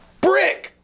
Brick